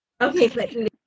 Okay